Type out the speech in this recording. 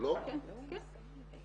לא משנה מאיזה כוח הוא עובד,